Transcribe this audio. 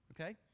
okay